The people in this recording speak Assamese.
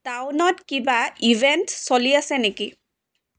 টাউনত কিবা ইভেণ্ট চলি আছে নেকি